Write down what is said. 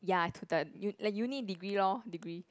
ya two third u~ like uni degree lor degree